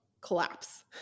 collapse